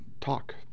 talk